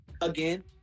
again